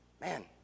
man